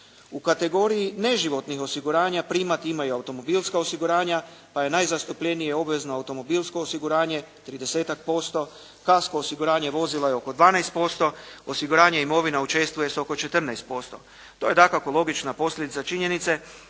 U kategoriji neživotnih osiguranja …/Govornik se ne razumije./… ima i automobilska osiguranja pa je najzastupljenije obvezno automobilsko osiguranje 30-ak posto, kasko osiguranje vozila je oko 12%, osiguranje imovine učestvuje se oko 14%. To je dakako logična posljedica činjenice